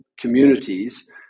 communities